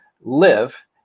live